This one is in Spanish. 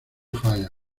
fire